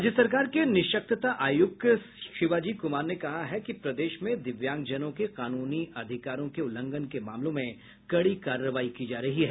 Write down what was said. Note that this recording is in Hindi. राज्य सरकार के निःशक्तता आयुक्त शिवाजी कुमार ने कहा है कि प्रदेश में दिव्यांगजनों के कानूनी अधिकारों के उल्लंघन के मामलों में कड़ी कार्रवाई की जा रही है